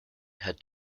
had